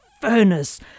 furnace